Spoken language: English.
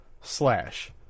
slash